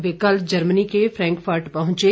वे कल जर्मनी के फ्रेंकफर्ट पहुंचे